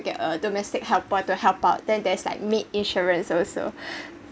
get a domestic helper to help out then there's like maid insurance also